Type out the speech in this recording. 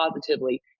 positively